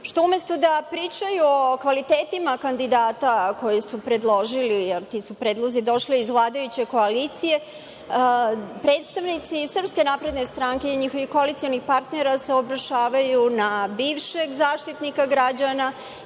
što umesto da pričaju o kvalitetima kandidata koje su predložili, jer ti su predlozi došli iz vladajuće koalicije, predstavnici SNS i njihovih koalicionih partnera se obrušavaju na bivšeg Zaštitnika građana